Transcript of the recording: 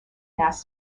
mass